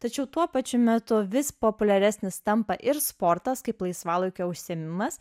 tačiau tuo pačiu metu vis populiaresnis tampa ir sportas kaip laisvalaikio užsiėmimas